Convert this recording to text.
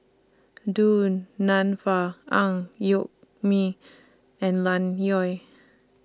Du Nanfa Ang Yoke Mooi and Ian Loy